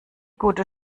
gute